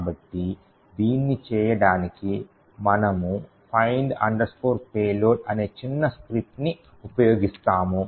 కాబట్టి దీన్ని చేయడానికి మనము find payload అనే చిన్న స్క్రిప్ట్ని ఉపయోగిస్తాము